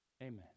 Amen